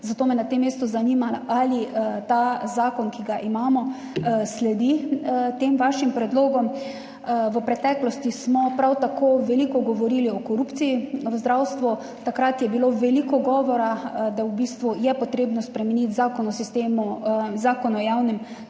zato me na tem mestu zanima, ali ta zakon, ki ga imamo, sledi tem vašim predlogom. V preteklosti smo prav tako veliko govorili o korupciji v zdravstvu. Takrat je bilo veliko govora, da je v bistvu potrebno spremeniti Zakon o javnem naročanju.